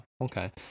okay